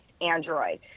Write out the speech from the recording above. Android